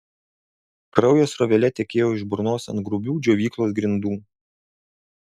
kraujas srovele tekėjo iš burnos ant grubių džiovyklos grindų